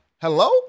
Hello